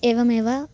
एवमेव